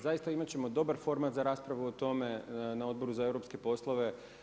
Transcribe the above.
Zaista imat ćemo dobar format za raspravu o tome na Odboru za europske poslove.